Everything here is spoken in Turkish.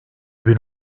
bin